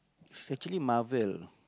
is actually Marvel